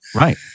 right